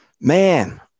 Man